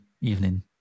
evening